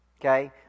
Okay